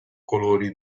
colori